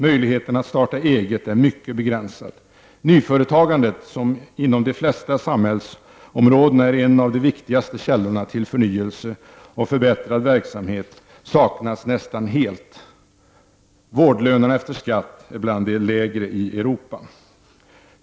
Möjligheten att starta eget är mycket begränsad. Nyföretagandet, som inom de flesta samhällsområden är en av de viktigaste källorna till förnyelse och förbättrad verksamhet, saknas nästan helt. Vårdlönerna efter skatt är bland de lägre i Europa.